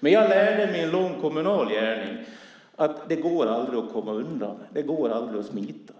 Men jag har lärt mig i en lång kommunal gärning att det aldrig går att komma undan, att det aldrig går att smita.